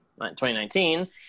2019